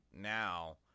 now